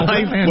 Life